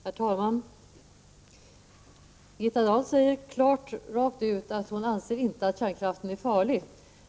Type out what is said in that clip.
Herr talman! Birgitta Dahl säger rakt ut att hon inte anser att kärnkraften är farlig.